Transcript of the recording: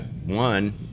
one